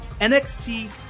NXT